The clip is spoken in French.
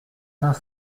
cinq